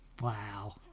Wow